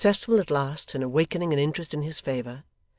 successful, at last, in awakening an interest in his favour,